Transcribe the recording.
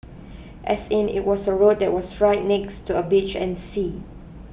as in it was a road that was right next to a beach and sea